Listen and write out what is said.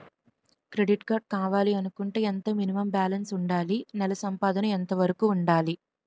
Credit card కావాలి అనుకుంటే ఎంత మినిమం బాలన్స్ వుందాలి? నెల సంపాదన ఎంతవరకు వుండాలి?